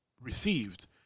received